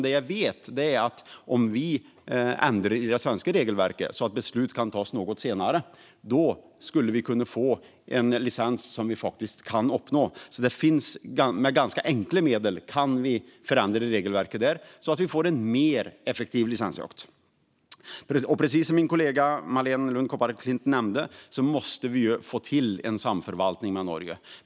Det jag vet är att vi om vi ändrar i det svenska regelverket så att beslut kan tas något senare skulle kunna få en licens som vi faktiskt kan uppnå. Med ganska enkla medel kan vi förändra regelverket så att vi får en mer effektiv licensjakt. Precis som min kollega Marléne Lund Kopparklint nämnde måste Sverige få till en samförvaltning med Norge.